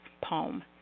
poem